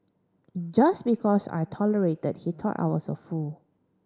just because I tolerated he thought I was a fool